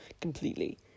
completely